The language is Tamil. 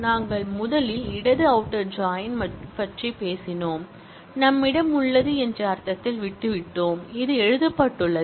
நாங்கள் முதலில் இடது அவுட்டர் ஜாயின் பற்றி பேசினோம் நம்மிடம் உள்ளது என்ற அர்த்தத்தில் விட்டுவிட்டோம் இது எழுதப்பட்டுள்ளது